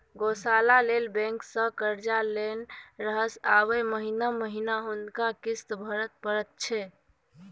गौशाला लेल बैंकसँ कर्जा लेने रहय आब महिना महिना हुनका किस्त भरय परैत छै